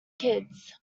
kids